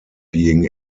being